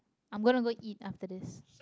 I'm gonna go eat after this